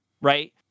right